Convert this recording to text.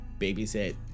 babysit